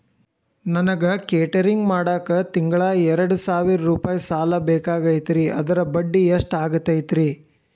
ನನಗ ಕೇಟರಿಂಗ್ ಮಾಡಾಕ್ ತಿಂಗಳಾ ಎರಡು ಸಾವಿರ ರೂಪಾಯಿ ಸಾಲ ಬೇಕಾಗೈತರಿ ಅದರ ಬಡ್ಡಿ ಎಷ್ಟ ಆಗತೈತ್ರಿ?